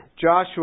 Joshua